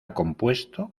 compuesto